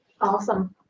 Awesome